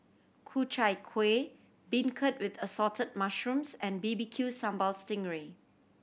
Ku Chai Kuih Beancurd with Assorted Mushrooms and B B Q Sambal sting ray